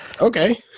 okay